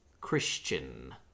Christian